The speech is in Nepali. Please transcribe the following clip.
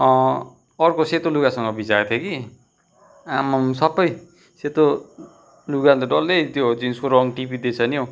अर्को सेतो लुगासँग भिजाएको थिएँ कि आम्मामा सबै सेतो लुगाले त डल्लै त्यो जिन्सको रङ टिपिदिएछ नि हौ